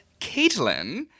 Caitlin